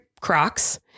Crocs